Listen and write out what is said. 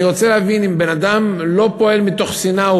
אני רוצה להבין אם בן-אדם לא פועל מתוך שנאה,